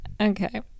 okay